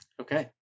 okay